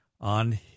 on